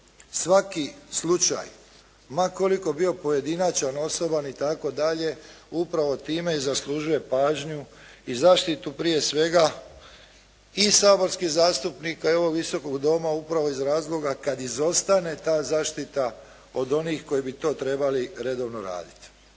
svaki slučaj ma koliko bio pojedinačan, osoban itd. upravo time zaslužuje pažnju i zaštitu prije svega i saborskih zastupnika i ovog Visokog doma upravo iz razloga kada izostane ta zaštita od onih koji bi to trebali redovno raditi.